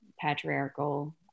patriarchal